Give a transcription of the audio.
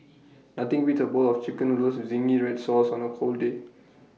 nothing beats A bowl of Chicken Noodles with Zingy Red Sauce on A cold day